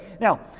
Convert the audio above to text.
Now